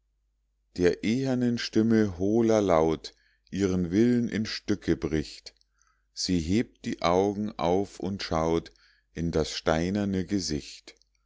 der ehernen stimme hohler laut ihren willen in stücke bricht sie hebt die augen auf und schaut in das steinerne gesicht